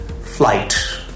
flight